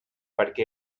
perquè